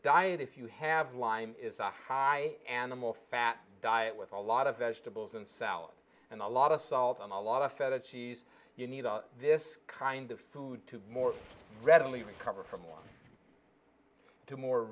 diet if you have lyme is a high animal fat diet with a lot of vegetables and salad and a lot of salt and a lot of fat a cheese you need this kind of food to more readily recover from one to more